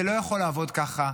זה לא יכול לעבוד ככה.